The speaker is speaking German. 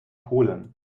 polen